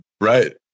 Right